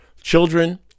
Children